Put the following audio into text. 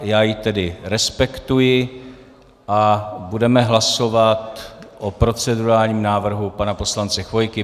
Já ji tedy respektuji a budeme hlasovat o procedurálním návrhu pana poslance Chvojky.